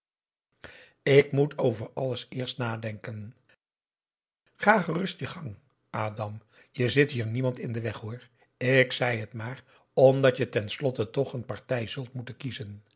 ik moet over alles eerst nadenken ga gerust je gang a je zit hier niemand in den weg hoor ik zei het maar omdat je ten slotte toch een partij zult moeten kiezen